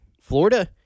Florida